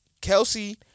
Kelsey